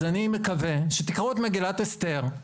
אז אני מכוון שתקראו את מגילת אסתר,